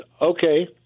okay